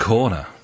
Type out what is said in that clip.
Corner